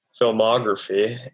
filmography